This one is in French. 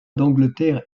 d’angleterre